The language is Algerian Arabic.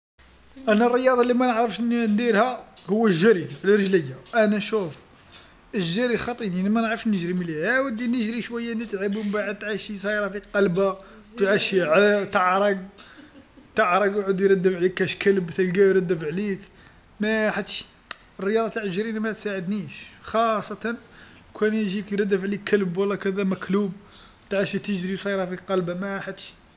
أنا الرياضه اللي ما نعرفش ن- نديرها هو الجري، على رجليا، أنا شوف الجري خاطيني أنا ما نعرفش نجري من لهيه أودي نجري شويه نتعب ومن بعد تعشي صايرة فيك قلبه تعشي عا تعرق تعرق يعود يرد عليك كاش كلب تلقاه يردف عليك ما حدش، الرياضه تاع الجري أنا ما تساعدنيش خاصة وكان يجيك يردف عليك كلب ولا كذا مكلوب تعشي تجري صايره فيها قلبه ما حدش.